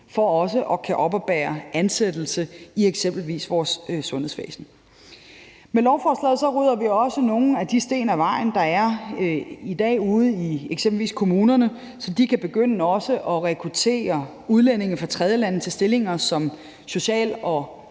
for at kunne oppebære ansættelse i eksempelvis vores sundhedsvæsen. Med lovforslaget rydder vi også nogle af de sten af vejen, der er i dag ude i eksempelvis kommunerne, så de også kan begynde at rekruttere udlændinge fra tredjelande til stillinger som social- og